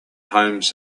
homes